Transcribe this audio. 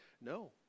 No